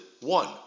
one